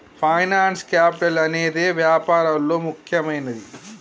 finance capital అనేదే వ్యాపారాల్లో ముఖ్యమైనది